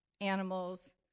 animals